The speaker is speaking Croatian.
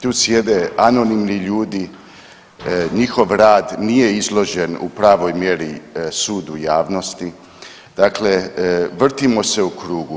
Tu sjede anonimni ljudi, njihov rad nije izložen u pravoj mjeri sudu javnosti, dakle vrtimo se u krugu.